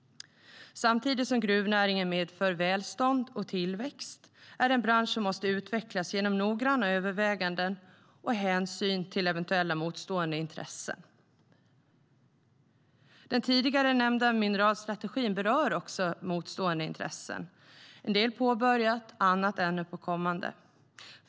Samtidigt som gruvnäringen medför välstånd och tillväxt är det en bransch som måste utvecklas genom noggranna överväganden och med hänsyn till eventuella motstående intressen. Den tidigare nämnda mineralstrategin berör också motstående intressen, en del är påbörjat, annat är ännu kommande.